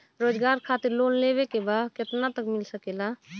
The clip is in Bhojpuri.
रोजगार खातिर लोन लेवेके बा कितना तक मिल सकेला?